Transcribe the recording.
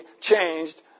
changed